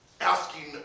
Asking